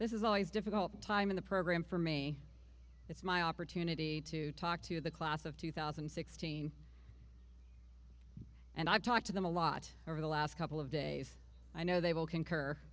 this is always difficult time in the program for me it's my opportunity to talk to the class of two thousand and sixteen and i've talked to them a lot over the last couple of days i know they will concur